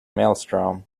maelstrom